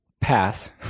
pass